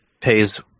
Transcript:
Pays